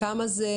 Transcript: כמה זה